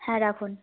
হ্যাঁ রাখুন